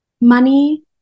money